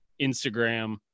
Instagram